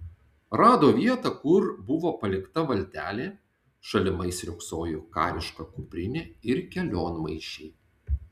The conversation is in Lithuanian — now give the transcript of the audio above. rado vietą kur buvo palikta valtelė šalimais riogsojo kariška kuprinė ir kelionmaišiai